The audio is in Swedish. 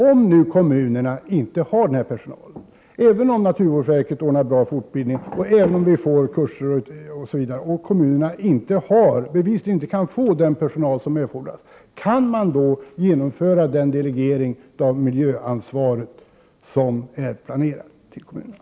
Om kommunerna inte kan få den personal som erfordras, även om naturvårdsverket ordnar bra fortbildning och även om det tillkommer kurser osv., kan man då genomföra den delegering av miljöansvaret till kommunerna som är planerad?